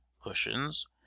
cushions